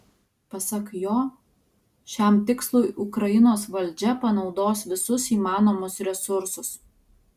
pasak jo šiam tikslui ukrainos valdžia panaudos visus įmanomus resursus